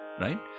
Right